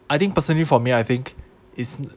I think personally for me I think is